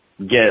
get